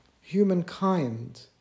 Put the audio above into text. humankind